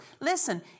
Listen